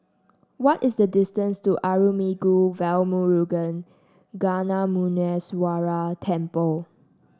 what is the distance to Arulmigu Velmurugan Gnanamuneeswarar Temple